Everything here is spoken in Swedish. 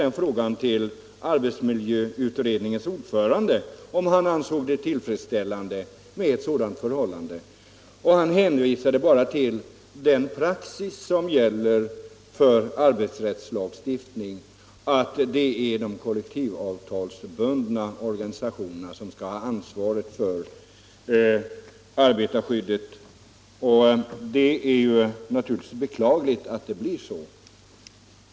Jag frågade arbetsmiljöutredningens ordförande om han ansåg att det var ett tillfredsställande förhållande. Han hänvisade bara till den praxis som gäller för arbetsrättslagstiftning, nämligen att det är de kollektivavtalsbundna organisationerna som skall ha ansvaret för arbetarskyddet. Det är naturligtvis beklagligt att det blir så.